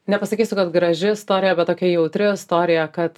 nepasakysiu kad graži istorija bet tokia jautri istorija kad